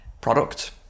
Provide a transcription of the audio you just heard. product